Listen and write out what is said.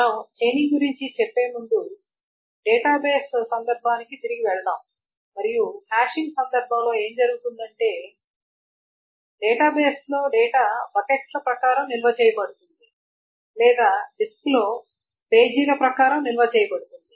మనం చైనింగ్ గురించి చెప్పే ముందు డేటాబేస్ సందర్భానికి తిరిగి వెళ్దాం మరియు హ్యాషింగ్ సందర్భంలో ఏమి జరుగుతుందంటే డేటాబేస్లో డేటా బకెట్ల ప్రకారం నిల్వ చేయబడుతుంది లేదా డిస్క్లో పేజీల ప్రకారం నిల్వ చేయబడుతుంది